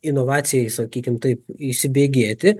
inovacijai sakykim taip įsibėgėti